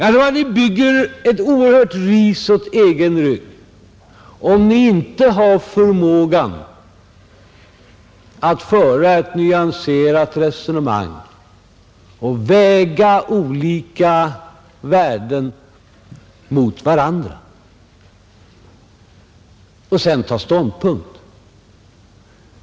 Ni binder ett oerhört ris åt egen rygg, om ni inte har förmågan att föra ett nyanserat resonemang, väga olika värden mot varandra och sedan ta ståndpunkt.